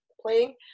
playing